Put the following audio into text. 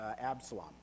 Absalom